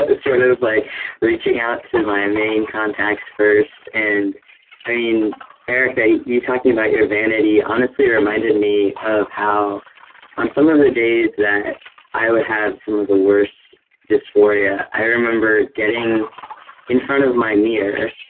sort of of like reaching out to my main contacts first. and i mean erica, you talking about your vanity honestly reminded me of how on some of of the days that i would have some of the worst dysphoria, i remember getting in front of my mirror.